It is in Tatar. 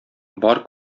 бар